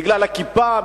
בגלל הכיפה,